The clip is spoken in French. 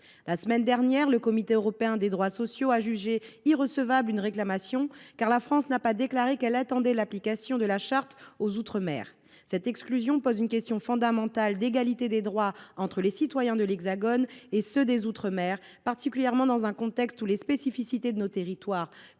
La semaine dernière, le CEDS a jugé irrecevable une réclamation, au motif que la France n’a pas déclaré qu’elle étendait l’application de la Charte aux outre mer. Cette exclusion pose une question fondamentale d’égalité des droits entre les citoyens de l’Hexagone et ceux des outre mer, particulièrement dans un contexte où les spécificités de nos territoires,